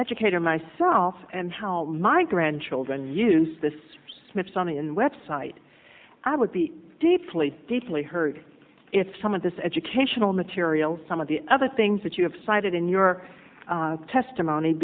educator myself and how my grandchildren use this smithsonian website i would be deeply deeply hurt if some of this educational material some of the other things that you have cited in your testimony